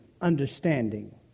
understanding